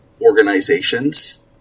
organizations